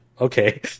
okay